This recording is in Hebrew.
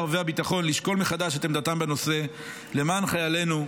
והביטחון לשקול מחדש את עמדתם בנושא למען חיילינו,